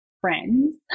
friends